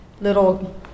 little